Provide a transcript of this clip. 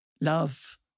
love